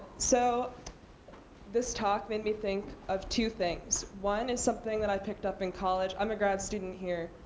so this talk made me think of two things. one is something that i picked up in college. i'm a grad student here.